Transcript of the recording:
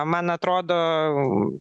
man atrodo